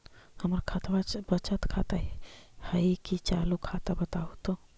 हमर खतबा बचत खाता हइ कि चालु खाता, बताहु तो?